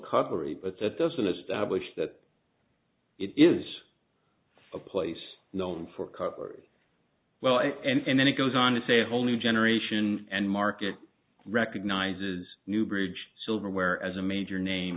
coppery but that doesn't establish that it is a place known for coppery well and then it goes on to say a whole new generation and market recognizes newbridge silverware as a major name